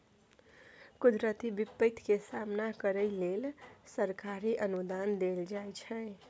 कुदरती बिपैत के सामना करइ लेल सरकारी अनुदान देल जाइ छइ